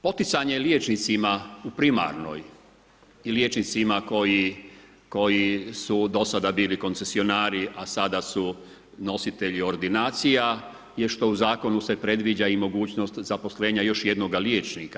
Poticanje liječnicima u primarnoj i liječnicima, koji su do sada bili koncesionari, a sada su nositelji ordinacija, je što u zakonu se predviđa i mogućnost zapošljenja još jednoga liječnika.